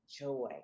joy